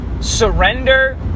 surrender